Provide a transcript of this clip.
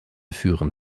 führen